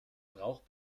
braucht